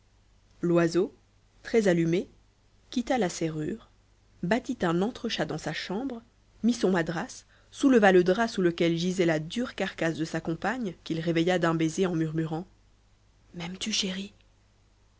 loiseau très allumé quitta la serrure battit un entrechat dans sa chambre mit son madras souleva le drap sous lequel gisait la dure carcasse de sa compagne qu'il réveilla d'un baiser en murmurant m'aimes-tu chérie